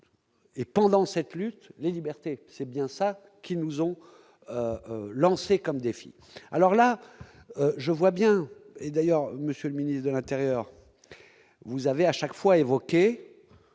et pendant cette lutte, les libertés, c'est bien ça qui nous ont lancé comme défi alors là, je vois bien et d'ailleurs, monsieur le ministre de l'Intérieur, vous avez à chaque fois évoqué